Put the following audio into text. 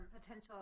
potential